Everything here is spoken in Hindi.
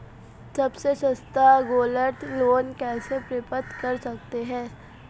सबसे सस्ता गोल्ड लोंन कैसे प्राप्त कर सकते हैं?